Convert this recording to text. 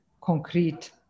concrete